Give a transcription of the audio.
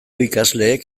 ikasleek